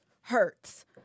hurts